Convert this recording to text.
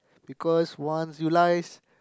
because once you lies